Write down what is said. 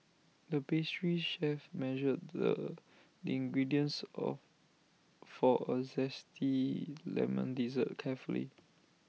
the pastry chef measured the ingredients of for A Zesty Lemon Dessert carefully